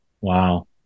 Wow